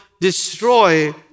destroy